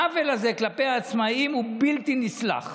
העוול הזה כלפי העצמאים הוא בלתי נסלח,